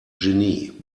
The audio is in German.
genie